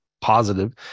positive